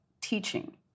teaching